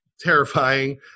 terrifying